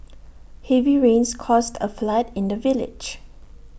heavy rains caused A flood in the village